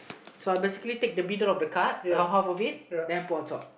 so I basically take the middle of the card around half of it then I put on top